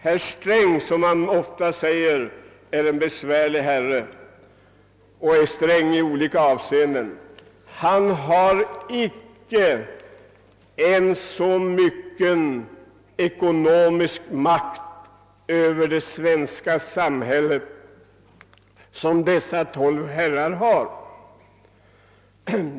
Herr Sträng som ofta betecknas som en besvärlig och sträng herre har inte så stor industriell ekonomisk makt över det svenska samhället som dessa 12 herrar har.